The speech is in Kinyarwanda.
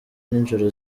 ninjoro